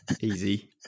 Easy